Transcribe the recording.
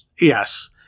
Yes